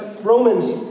Romans